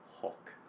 Hulk